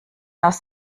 aus